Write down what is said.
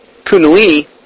kundalini